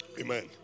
Amen